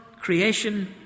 creation